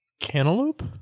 Cantaloupe